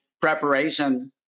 preparation